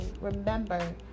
remember